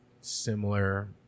similar